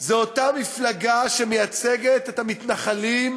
הם אותה מפלגה שמייצגת את המתנחלים,